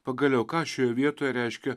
pagaliau ką šioje vietoje reiškia